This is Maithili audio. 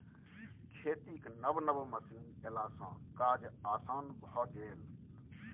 खेतीक नब नब मशीन एलासँ काज आसान भए गेल